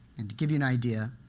and to give you an idea,